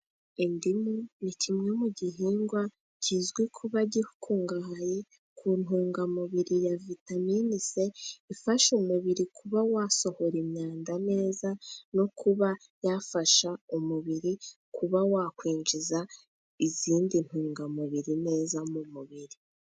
Indimu ni kimwe mu gihingwa kizwi kuba gikungahaye ku ntungamubiri ya vitamine c, ifasha umubiri kuba wasohora imyanda neza, no kuba yafasha umubiri kuba wakwinjiza izindi ntungamubiri neza mu mubiri.